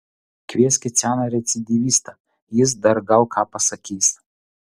kvieskit seną recidyvistą jis dar gal ką pasakys